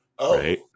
Right